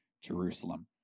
Jerusalem